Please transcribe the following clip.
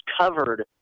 covered